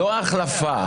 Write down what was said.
לא ההחלפה.